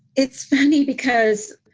it's funny because,